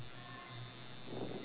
who will flame you [one] for sure